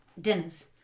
dinners